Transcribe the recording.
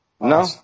No